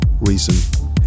reason